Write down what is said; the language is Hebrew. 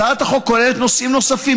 הצעת החוק כוללת נושאים נוספים,